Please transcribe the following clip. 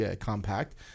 compact